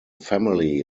family